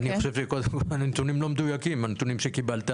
אני חושב שכל הנתונים לא מדויקים, הנתונים שקיבלת.